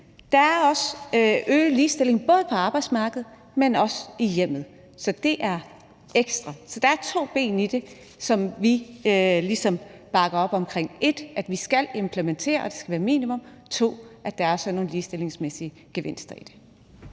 er med til at øge ligestillingen, både på arbejdsmarkedet, men også i hjemmet. Så det er noget ekstra. Så der er to ben i det, som vi ligesom bakker op omkring: 1) at vi skal implementere, og at det skal være minimum, 2) at der også er nogle ligestillingsmæssige gevinster ved det.